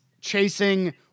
chasing